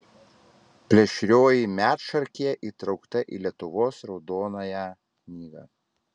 plėšrioji medšarkė įtraukta į lietuvos raudonąją knygą